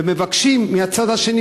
ומבקשים מהצד השני,